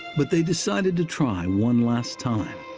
but they decided to try one last time.